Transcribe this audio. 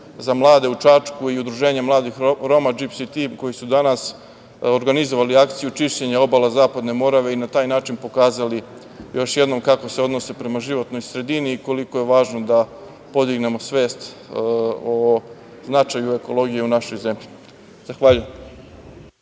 za mlade u Čačku i Udruženja mladih Roma „Džipsi tim“ koji su danas organizovali akciju čišćenja obala Zapadne Morave i na taj način pokazali još jednom kako se odnose prema životnoj sredini i koliko je važno da podignemo svest o značaju ekologije u našoj zemlji. Zahvaljujem.